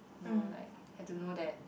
no like have to know that